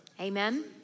Amen